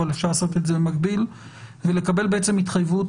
אבל אפשר לעשות את זה במקביל ולקבל בעצם התחייבות